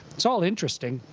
it's all interesting.